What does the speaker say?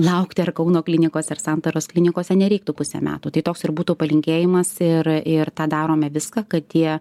laukti ar kauno klinikose ar santaros klinikose nereiktų pusę metų tai toks ir būtų palinkėjimas ir ir tą darome viską kad tie